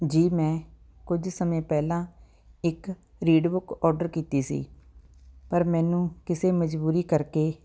ਜੀ ਮੈਂ ਕੁਝ ਸਮੇਂ ਪਹਿਲਾਂ ਇੱਕ ਰੀਡਬੁੱਕ ਔਰਡਰ ਕੀਤੀ ਸੀ ਪਰ ਮੈਨੂੰ ਕਿਸੇ ਮਜ਼ਬੂਰੀ ਕਰਕੇ